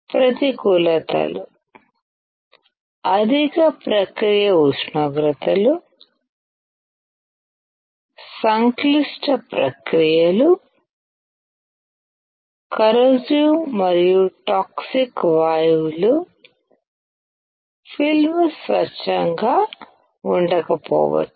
ప్రతికూలతలు అధిక ప్రక్రియ ఉష్ణోగ్రతలు సంక్లిష్ట ప్రక్రియలు కరోసివ్ మరియు టాక్సిక్ వాయువులు ఫిల్మ్ స్వచ్ఛంగా ఉండకపోవచ్చు